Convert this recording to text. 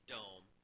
Dome